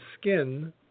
skin